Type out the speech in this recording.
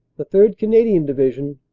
the third. canadian division,